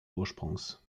ursprungs